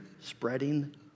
Spreading